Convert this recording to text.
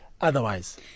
otherwise